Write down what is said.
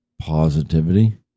positivity